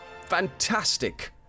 fantastic